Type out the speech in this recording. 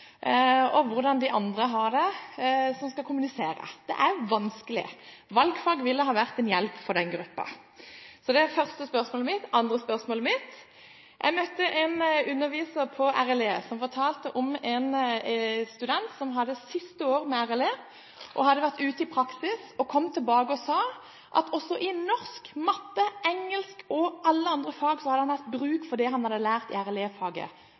og hvordan de andre som skal kommunisere med dem, har det. Det er vanskelig. Valgfag ville ha vært en hjelp for denne gruppen. Dette var det første spørsmålet mitt. Det andre spørsmålet mitt er: Jeg møtte en som underviser i RLE, som fortalte om en student som hadde siste året med RLE, og som hadde vært ute i praksis og kom tilbake og sa at også i norsk, matte, engelsk, og i alle andre fag, hadde han hatt bruk for det han hadde lært i